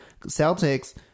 Celtics